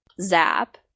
zap